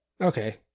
okay